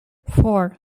four